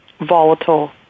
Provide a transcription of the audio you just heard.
volatile